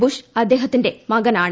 Bush അദ്ദേഹത്തിന്റെ മകനാണ്